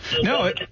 No